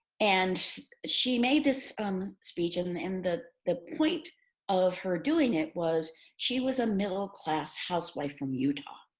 and she made this um speech and and and the the point of her doing it was she was a middle class housewife from utah.